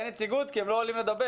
אין נציגות כי הם לא עולים לדבר.